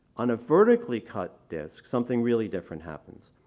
on a vertically cut disc, something really different happens.